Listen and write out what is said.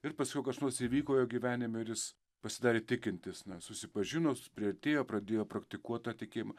ir paskiau kas nors įvyko jo gyvenime ir jis pasidarė tikintis na susipažino priartėjo pradėjo praktikuot tą tikėjimą